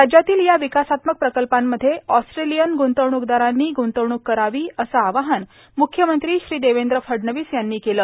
राज्यातील या वकासात्मक प्रकल्पांमध्ये ऑस्ट्रोलयन ग्रंतवणुकदारांनी गुंतवणूक करावी असं आवाहन मुख्यमंत्री श्री देवद्र फडणवीस यांनी केलं